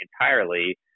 entirely